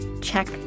check